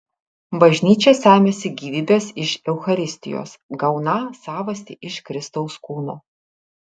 bažnyčia semiasi gyvybės iš eucharistijos gauną savastį iš kristaus kūno